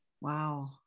Wow